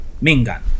Mingan